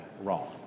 wrong